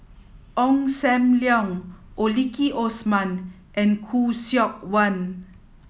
Ong Sam Leong Maliki Osman and Khoo Seok Wan